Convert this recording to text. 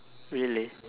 really